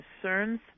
concerns